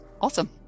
Awesome